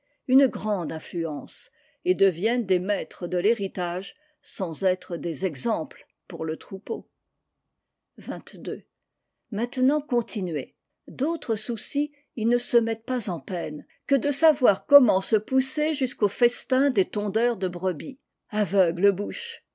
une grande influence et deviennent des maîtres de l'héritage sans être des exemples pour le troupeau maintenant continuez d'autres soucis ils ne se mettent pas en peine que de savoir comment se pousser jusqu'au festin des tondeurs de brebis aveugles bouches